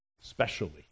specially